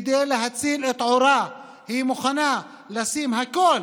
כדי להציל את עורה היא מוכנה לשים הכול